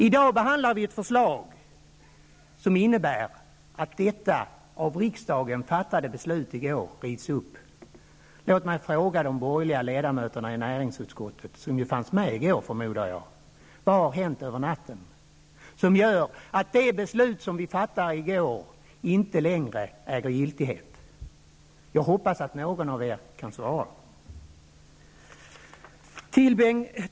I dag behandlar vi ett förslag som innebär att detta av riksdagen i går fattade beslut rivs upp. Låt mig fråga de borgerliga ledamöterna i näringsutskottet som, förmodar jag, fanns med i går: Vad har hänt över natten som gör att det beslut som vi i går fattade inte längre skall äga giltighet? Jag hoppas att någon av er kan svara.